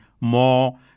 more